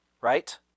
right